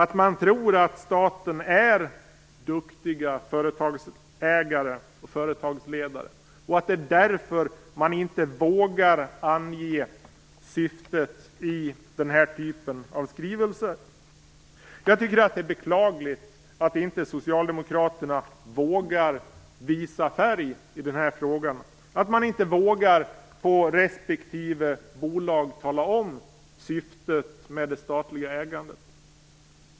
Tror man att staten är en duktig företagsägare och företagsledare, och är det därför man inte vågar ange syftet i den här typen av skrivelse? Jag tycker att det är beklagligt att Socialdemokraterna inte vågar visa färg i den här frågan, att man inte för respektive bolag vågar tala om syftet med det statliga ägandet.